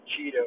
Cheeto